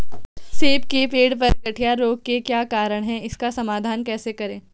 सेब के पेड़ पर गढ़िया रोग के क्या कारण हैं इसका समाधान कैसे करें?